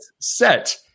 set